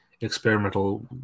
experimental